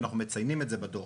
ואנחנו מציינים את זה בדוח,